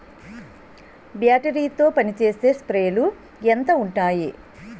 Battery తో పనిచేసే స్ప్రేలు ఎంత ఉంటాయి?